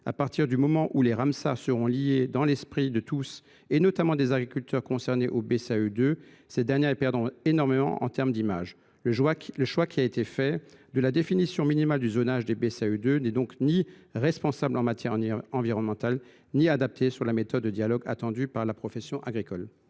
À partir du moment où les zones Ramsar seront liées dans l’esprit de tous, et notamment des agriculteurs concernés, aux BCAE 2, ces dernières y perdront énormément en termes d’image. Le choix qui a été fait d’une définition minimale du zonage des BCAE 2 n’est donc pas responsable en matière environnementale. Il ne répond pas non plus aux attentes de la profession agricole